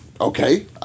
okay